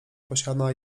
posiada